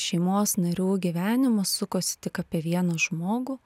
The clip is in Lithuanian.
šeimos narių gyvenimas sukosi tik apie vieną žmogų